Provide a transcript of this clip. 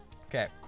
Okay